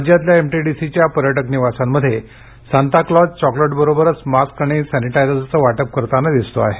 राज्यातल्या एमटीडीसीच्या पर्यटक निवासांमध्ये सांताक्लॉज चॉकलेट बरोबरच मास्क आणि सॅनिटायझरचं वाटप करताना दिसतो आहे